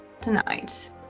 tonight